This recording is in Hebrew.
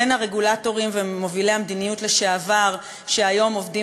בין הרגולטורים ומובילי המדיניות לשעבר שהיום עובדים